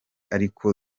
ariko